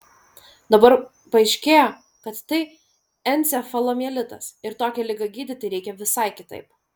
dabar paaiškėjo kad tai encefalomielitas ir tokią ligą gydyti reikia visai kitaip